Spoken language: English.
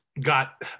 got